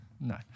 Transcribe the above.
No